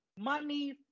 Money